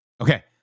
Okay